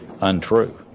untrue